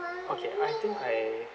okay I think I